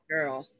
Girl